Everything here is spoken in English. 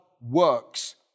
works